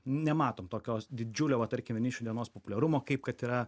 nematom tokios didžiulio va tarkim vienišių dienos populiarumo kaip kad yra